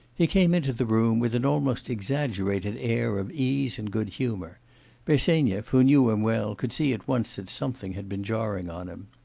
he came into the room with an almost exaggerated air of ease and good-humour bersenyev, who knew him well, could see at once that something had been jarring on him.